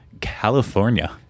California